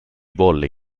volle